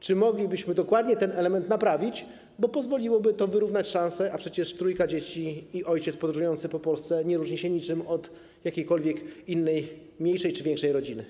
Czy moglibyśmy dokładnie ten element naprawić, bo pozwoliłoby to wyrównać szanse, a przecież trójka dzieci i ojciec podróżujący po Polsce nie różni się niczym od jakiejkolwiek innej mniejszej czy większej rodziny.